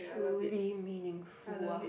truly meaningful ah